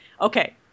okay